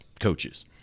coaches